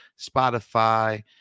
Spotify